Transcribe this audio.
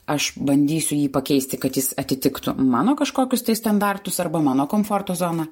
aš bandysiu jį pakeisti kad jis atitiktų mano kažkokius tai standartus arba mano komforto zoną